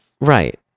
right